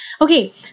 Okay